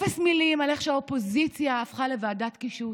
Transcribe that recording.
אפס מילים על איך שהאופוזיציה הפכה לוועדת קישוט,